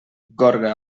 gorga